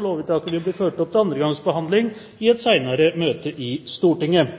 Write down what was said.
Lovvedtaket vil bli ført opp til andre gangs behandling i et senere møte i Stortinget.